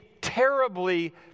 terribly